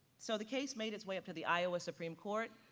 so the case made its way up to the iowa supreme court.